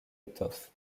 étoffe